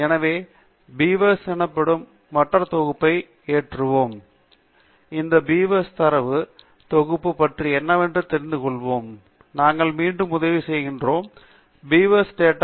எனவே பீவர்ஸ் எனப்படும் மற்றொரு தொகுப்புவை ஏற்றுவோம் மற்றும் இந்த பீவர்ஸ் டேட்டா தரவு தொகுப்பு பற்றி என்னவென்று தெரிந்து கொள்வோம் நாங்கள் மீண்டும் உதவி பெறுவோம் மற்றும் பீவர்ஸ் டேட்டா